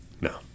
No